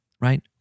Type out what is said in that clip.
right